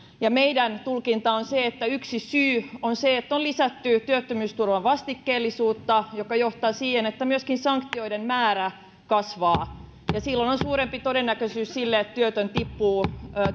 ja meidän tulkintamme on se että yksi syy on se että on lisätty työttömyysturvan vastikkeellisuutta mikä johtaa siihen että myöskin sanktioiden määrä kasvaa ja silloin on suurempi todennäköisyys sille että työtön tippuu